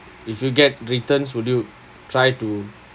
if you get returns would you try to